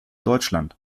deutschland